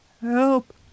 help